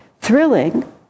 Thrilling